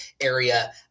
area